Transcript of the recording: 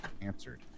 answered